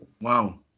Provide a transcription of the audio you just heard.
Wow